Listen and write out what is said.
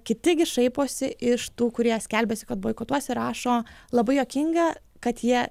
kiti gi šaiposi iš tų kurie skelbiasi kad boikotuos ir rašo labai juokinga kad jie